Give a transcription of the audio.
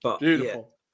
beautiful